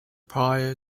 prior